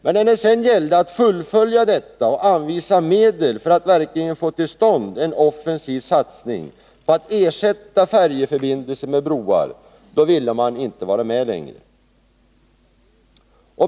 Men när det sedan gällde att fullfölja detta och anvisa medel för att verkligen få till stånd en offensiv satsning på att ersätta färjeförbindelser med broar, då ville man inte vara med längre.